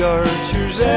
archer's